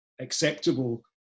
acceptable